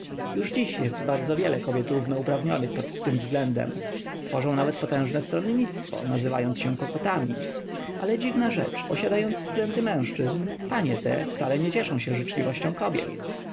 już dziś jest bardzo wiele kobiet równouprawnionych pod tym względem tworzą nawet potężne stronnictwo nazywające się kokotami ale dziwna rzecz posiadając względy mężczyzn panie te nie cieszą się życzliwością kobiet